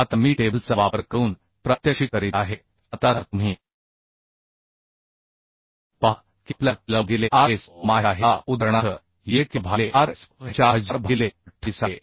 आता मी टेबलचा वापर करून प्रात्यक्षिक करीत आहे आता तुम्ही पहा की आपल्याला K L भागिले R S O माहित आहे का उदाहरणार्थ येथे K L भागिले R S O हे 4000 भागिले 28 आहे